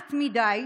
מעט מדי,